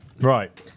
right